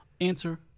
Answer